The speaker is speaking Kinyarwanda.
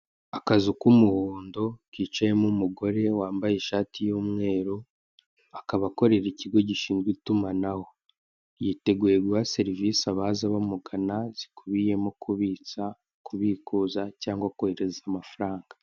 Akazu k'umuhondo kicayemo umugore wambaye ishati y'umweru, akaba akorera ikigo gishinzwe itumanaho. Yiteguye guha serivise abaza bamugana zikubiyemo kubitsa, kubikuza cyangwa kohereza amafaranga.